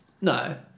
No